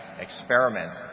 experiment